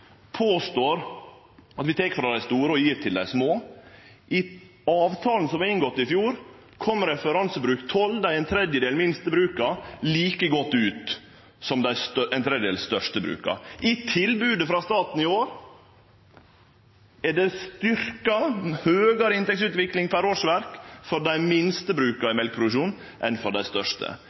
som vart inngått i fjor, kom referansebruk 12, den tredjedelen av bruka som er minst, like godt ut som den tredjedelen av bruka som er størst. I tilbodet frå staten i år er det styrkt, det er høgare inntektsutvikling per årsverk for dei minste bruka i mjølkeproduksjon enn for dei største.